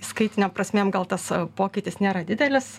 skaitinėm prasmėm gal tas pokytis nėra didelis